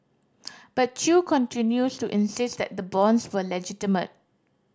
but Chew continues to insist that the bonds were legitimate